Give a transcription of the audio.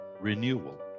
renewal